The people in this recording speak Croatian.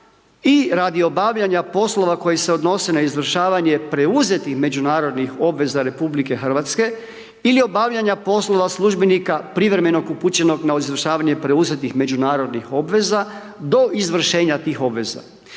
i radi obavljanja poslova koji se odnose na izvršavanje preuzetih međunarodnih obveza RH ili obavljanja poslova službenika privremenog upućenog na izvršavanje preuzetih međunarodnih obveza do izvršenja tih obveza